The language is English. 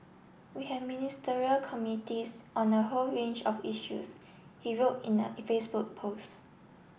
we have Ministerial committees on a whole range of issues he wrote in a Facebook post